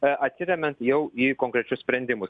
atsiremiant jau į konkrečius sprendimus